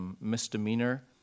misdemeanor